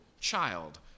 child